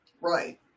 Right